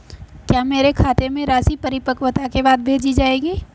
क्या मेरे खाते में राशि परिपक्वता के बाद भेजी जाएगी?